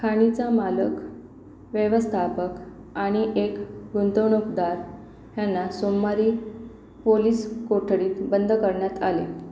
खाणीचा मालक व्यवस्थापक आणि एक गुंतवणूकदार ह्यांना सोमवारी पोलीस कोठडीत बंद करण्यात आले